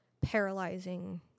paralyzing